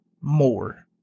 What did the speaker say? more